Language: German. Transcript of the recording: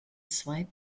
zwei